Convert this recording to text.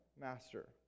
master